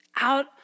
out